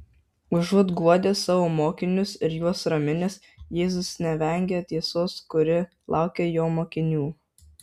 užuot guodęs savo mokinius ir juos raminęs jėzus nevengia tiesos kuri laukia jo mokinių